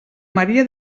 maria